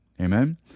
Amen